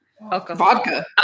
vodka